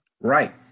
Right